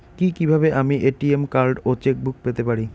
কি কিভাবে আমি এ.টি.এম কার্ড ও চেক বুক পেতে পারি?